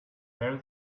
very